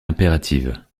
impérative